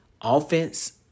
offense